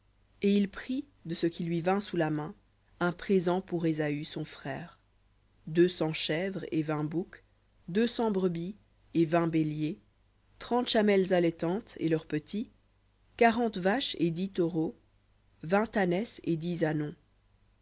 et il prit de ce qui lui vint sous la main un présent pour ésaü son frère deux cents chèvres et vingt boucs deux cents brebis et vingt béliers trente chamelles allaitantes et leurs petits quarante vaches et dix taureaux vingt ânesses et dix ânons